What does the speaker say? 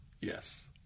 Yes